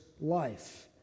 life